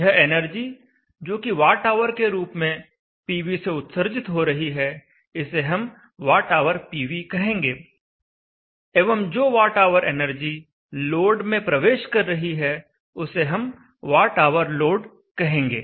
यह एनर्जी जोकि watt hour के रूप में पीवी से उत्सर्जित हो रही है इसे हम WhPV कहेंगे एवं जो वॉट ऑवर एनर्जी लोड में प्रवेश कर रही है उसे हम वॉट ऑवर लोड कहेंगे